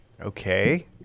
Okay